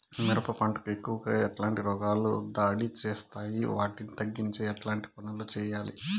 మిరప పంట కు ఎక్కువగా ఎట్లాంటి రోగాలు దాడి చేస్తాయి వాటిని తగ్గించేకి ఎట్లాంటి పనులు చెయ్యాలి?